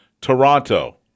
Toronto